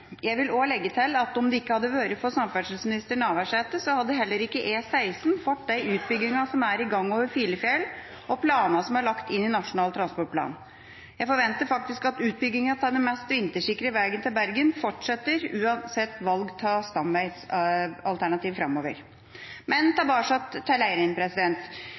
Jeg vil også legge til at om det ikke hadde vært for samferdselsminister Navarsete, hadde heller ikke E16 fått de utbyggingene som er i gang over Filefjell, og planene som er lagt inn i Nasjonal transportplan. Jeg forventer faktisk at utbyggingen av den mest vintersikre veien til Bergen fortsetter, uansett valg av stamveialternativ framover. Men